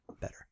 better